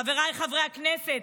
חבריי חברי הכנסת,